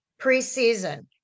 preseason